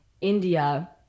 India